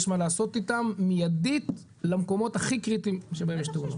יש מה לעשות איתם מיידית למקומות הכי קריטיים שבהם יש תאונות.